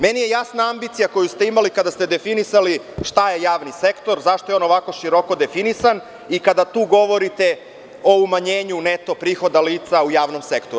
Meni je jasna ambicija koju ste imali kada ste definisali šta je javni sektor, zašto je on ovako široko definisan i kada tu govorite o umanjenju neto prihoda lica u javnom sektoru.